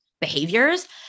behaviors